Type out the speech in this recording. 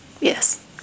Yes